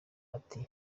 ati